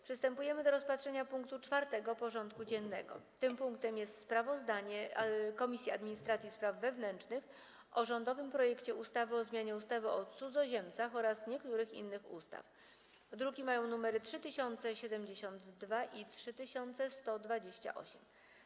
Przystępujemy do rozpatrzenia punktu 4. porządku dziennego: Sprawozdanie Komisji Administracji i Spraw Wewnętrznych o rządowym projekcie ustawy o zmianie ustawy o cudzoziemcach oraz niektórych innych ustaw (druki nr 3072 i 3126)